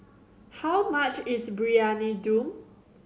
how much is Briyani Dum